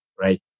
right